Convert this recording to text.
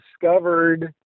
discovered